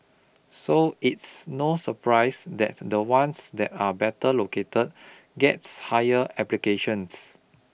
so it's no surprise that the ones that are better located gets higher applications